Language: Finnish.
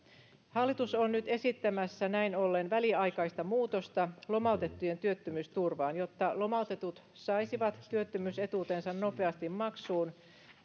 hallitus on nyt esittämässä näin ollen väliaikaista muutosta lomautettujen työttömyysturvaan jotta lomautetut saisivat työttömyysetuutensa nopeasti maksuun